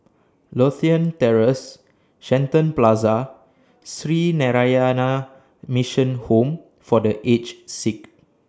Lothian Terrace Shenton Plaza and Sree Narayana Mission Home For The Aged Sick